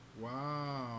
Wow